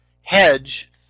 hedge